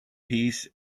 peace